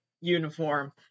uniform